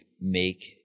make